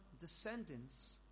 descendants